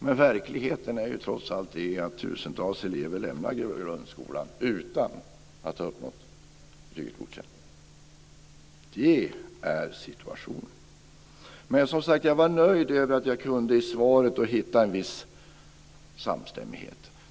Men verkligheten är trots allt den att tusentals elever lämnar grundskolan utan att ha uppnått betyget Godkänd. Det är situationen. Men, som sagt, jag var nöjd över att jag i svaret kunde finna en viss samstämmighet.